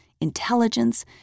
intelligence